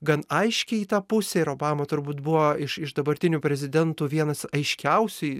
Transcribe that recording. gan aiškiai į tą pusę ir obama turbūt buvo iš iš dabartinių prezidentų vienas aiškiausiai